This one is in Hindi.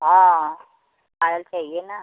हाँ पायल चाहिए ना